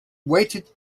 weighted